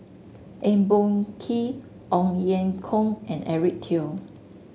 Eng Boh Kee Ong Ye Kung and Eric Teo